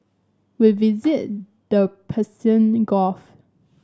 we visited the Persian Gulf